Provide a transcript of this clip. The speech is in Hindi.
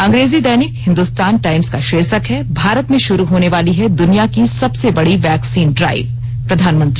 अंग्रेजी दैनिक हिन्दुस्तान टाइम्स का शीर्षक है भारत में शुरू होनेवाली है दुनिया की सबसे बड़ी वैक्सीन ड्राइवः प्रधानमंत्री